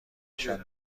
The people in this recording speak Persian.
نشان